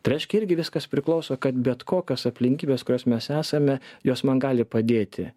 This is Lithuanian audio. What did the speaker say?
tai reiškia irgi viskas priklauso kad bet kokios aplinkybės kurios mes esame jos man gali padėti